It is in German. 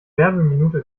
werbeminute